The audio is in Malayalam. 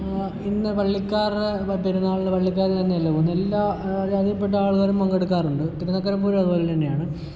ഇന്ന് പള്ളിക്കാരുടെ പെരുന്നാളിന് പള്ളിക്കാർ തന്നെയല്ല എല്ലാ ജാതിയിൽപ്പെട്ട ആൾക്കാരും പങ്കെടുക്കാറുണ്ട് തിരുനക്കര പൂരം അതുപോലെ തന്നെയാണ്